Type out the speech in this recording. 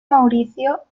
mauricio